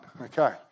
Okay